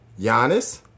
Giannis